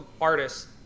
artists